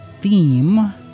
theme